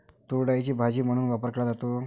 तूरडाळीचा भाजी म्हणून वापर केला जातो